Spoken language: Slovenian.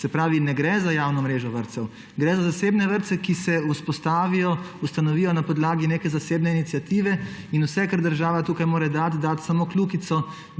se pravi, ne gre za javno mrežo vrtcev. Gre za zasebne vrtce, ki se vzpostavijo, ustanovijo na podlagi neke zasebne iniciative, in vse, kar država tukaj mora dati, je dati samo kljukico,